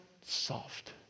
soft